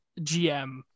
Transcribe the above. GM